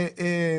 עסקה בינלאומית,